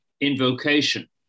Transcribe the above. Invocation